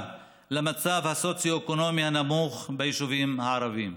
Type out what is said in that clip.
למצב הסוציו-אקונומי הקשה ביישובים הערביים.